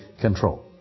control